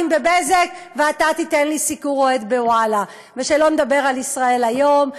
ב"בזק" ואתה תיתן לי סיקור אוהד ב"וואלה"; ושלא נדבר על "ישראל היום".